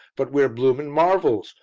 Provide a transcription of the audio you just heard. but we're blooming marvels!